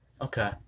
Okay